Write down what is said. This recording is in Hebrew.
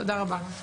תודה רבה.